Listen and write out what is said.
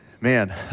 Man